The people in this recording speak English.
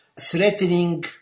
Threatening